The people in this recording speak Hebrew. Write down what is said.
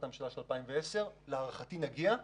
הממשלה של 2010. להערכתי נגיע לזה,